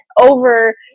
over